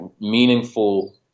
meaningful